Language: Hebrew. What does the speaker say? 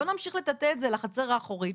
בוא נמשיך לטאטא את זה לחצר האחורית.